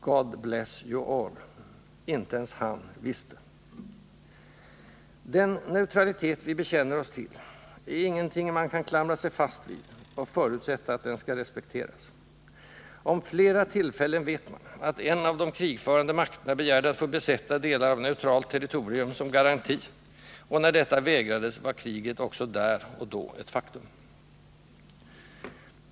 God bless you all.” Inte ens han visste. Den neutralitet vi bekänner oss till är ingenting man kan klamra sig fast vid och förutsätta att den skall respekteras. Om flera tillfällen vet man att en av de krigförande makterna begärde att få besätta delar av neutralt territorium som garanti — och när detta vägrades var kriget också där och då ett faktum.